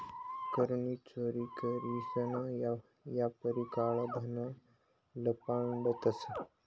कर नी चोरी करीसन यापारी काळं धन लपाडतंस